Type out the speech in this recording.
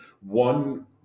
one